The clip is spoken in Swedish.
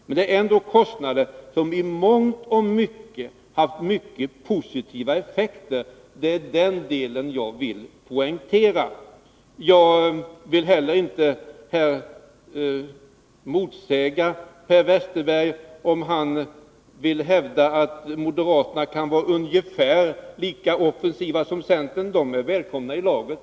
Men det är ändå kostnader som i mångt och mycket haft verkligt positiva effekter, och det är den delen jag vill poängtera. Jag vill inte heller här motsäga Per Westerberg, om han vill hävda att moderaterna kan vara ungefär lika offensiva som centern. Ni är välkomna i laget.